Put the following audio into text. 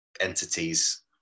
entities